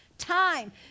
Time